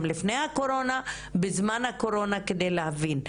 לפני הקורונה ובזמן משבר הקורונה וזאת על מנת להבין.